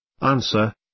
Answer